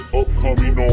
upcoming